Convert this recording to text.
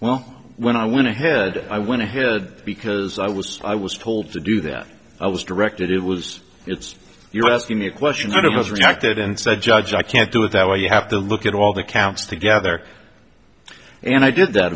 well when i went ahead i went ahead because i was i was told to do that i was directed it was it's you're asking a question of us reacted and said judge i can't do it that way you have to look at all the counts together and i did that